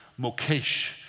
mokesh